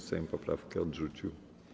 Sejm poprawkę odrzucił.